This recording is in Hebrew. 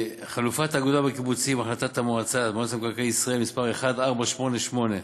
חלופת האגודה בקיבוצים (החלטת מועצת מקרקעי ישראל מס' 1488)